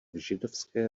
židovské